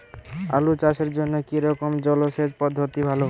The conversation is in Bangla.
আলু চাষের জন্য কী রকম জলসেচ পদ্ধতি ভালো?